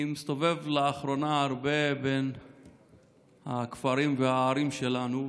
אני מסתובב לאחרונה הרבה בין הכפרים והערים שלנו,